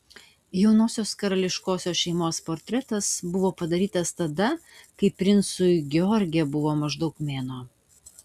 jaunosios karališkosios šeimos portretas buvo padarytas tada kai princui george buvo maždaug mėnuo